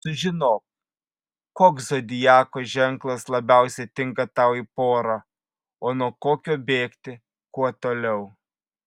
sužinok koks zodiako ženklas labiausiai tinka tau į porą o nuo kokio bėgti kuo toliau